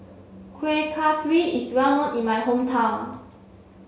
Kueh Kaswi is well known in my hometown